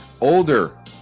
Older